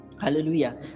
hallelujah